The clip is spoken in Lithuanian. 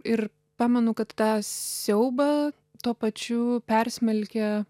ir pamenu kad tą siaubą tuo pačiu persmelkia